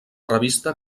revista